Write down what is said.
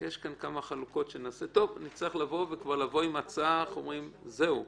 נצטרך לבוא עם הצעה, וזהו.